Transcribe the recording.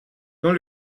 dont